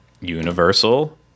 Universal